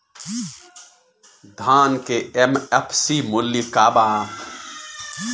धान के एम.एफ.सी मूल्य का बा?